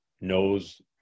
knows